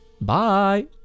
Bye